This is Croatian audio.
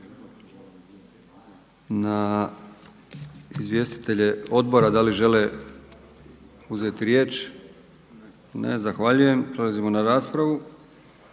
na izvjestitelje odbora, da li žele uzeti riječ? Ne. Zahvaljujem. Prelazimo na raspravu.